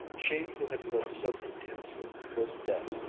she who had lived so intensely, was dead.